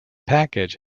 package